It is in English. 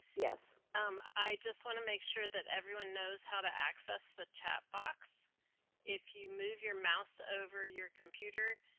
yes. um, i just want to make sure that everyone knows how to access the chat box if you move your mouse over your computer,